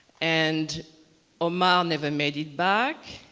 and omar never made it back,